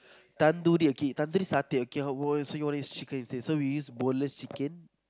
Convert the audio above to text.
Tandoori okay Tandoori-Satay okay how what what you want to use chicken is this so we use boneless chicken